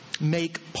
Make